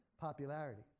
Popularity